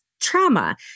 trauma